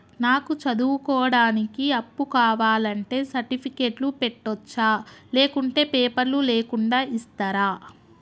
నాకు చదువుకోవడానికి అప్పు కావాలంటే సర్టిఫికెట్లు పెట్టొచ్చా లేకుంటే పేపర్లు లేకుండా ఇస్తరా?